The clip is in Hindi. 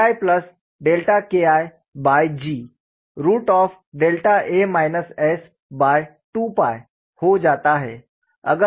KIKIG2 हो जाता है